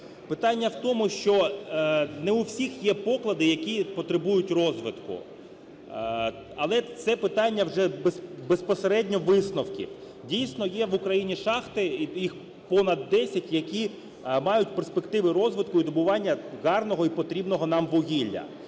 Питання в тому, що не у всіх є поклади, які потребують розвитку. Але це питання вже безпосередньо висновків. Дійсно, є в Україні шахти, і їх понад 10, які мають перспективи розвитку і добування гарного і потрібного нам вугілля.